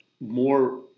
more